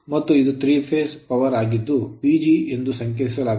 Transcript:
ಮತ್ತು ಇದು 3 phase power ಆಗಿದ್ದು PG ಎಂದು ಸಂಕೇತಿಸಲಾಗುತ್ತದೆ